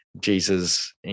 Jesus